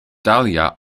dahlia